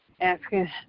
asking